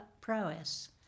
prowess